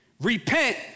Repent